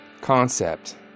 concept